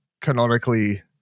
canonically